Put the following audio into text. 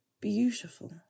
Beautiful